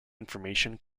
information